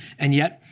and yet,